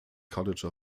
college